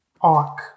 arc